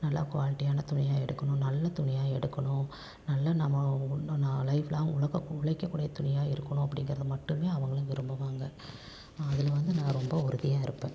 நல்லா குவாலிட்டியான துணியாக எடுக்கணும் நல்ல துனியாக எடுக்கணும் நல்ல நம்ம லைஃப் லாங் உழக்க உழைக்கக்கூடிய துணியாக இருக்கணும் அப்படிங்கிறது மட்டுமே அவங்களும் விரும்புவாங்க அதில் வந்து நான் ரொம்ப உறுதியாக இருப்பேன்